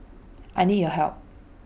I need your help